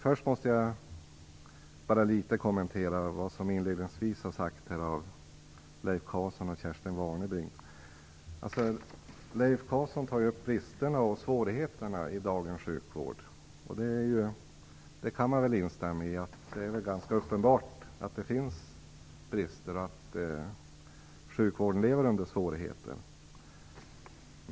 Först måste jag litet grand kommentera vad som inledningsvis sades här av Leif Carlson och Kerstin Leif Carlson tog upp bristerna och svårigheterna i dagens sjukvård. Jag kan instämma i att det är ganska uppenbart att det finns brister och att sjukvården lever under svårigheter.